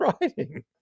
writing